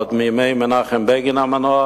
עוד מימי מנחם בגין המנוח,